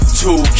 two